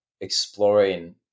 exploring